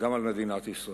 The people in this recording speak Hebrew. השלכות גם על מדינת ישראל.